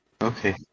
Okay